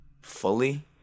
Fully